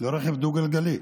ברכב דו-גלגלי.